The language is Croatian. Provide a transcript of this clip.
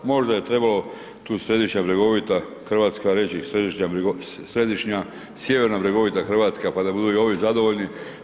Možda je trebalo tu središnja bregovita Hrvatska reći središnja sjeverna bregovita Hrvatska pa da budu i ovi zadovoljni.